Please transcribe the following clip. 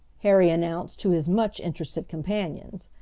harry announced to his much interested companions.